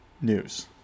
news